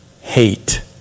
hate